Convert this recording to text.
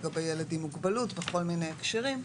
לגבי ילד עם מוגבלות בכל מיני הקשרים,